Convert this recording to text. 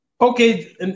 Okay